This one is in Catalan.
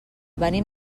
venim